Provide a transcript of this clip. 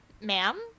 Ma'am